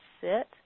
sit